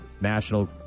National